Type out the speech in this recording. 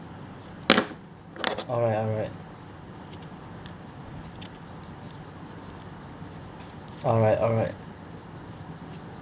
alright alright alright alright